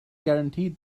guaranteed